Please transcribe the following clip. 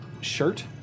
shirt